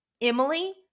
Emily